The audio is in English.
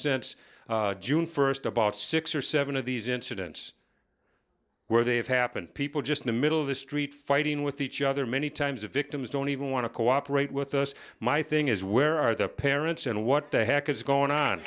since june first about six or seven of these incidents where they have happened people just middle of the street fighting with each other many times victims don't even want to cooperate with us my thing is where are the parents and what the heck is going on